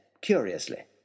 curiously